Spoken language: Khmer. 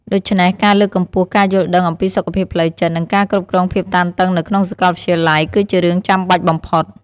ដូច្នេះ ការលើកកម្ពស់ការយល់ដឹងអំពីសុខភាពផ្លូវចិត្ត និងការគ្រប់គ្រងភាពតានតឹងនៅក្នុងសាកលវិទ្យាល័យគឺជារឿងចាំបាច់បំផុត។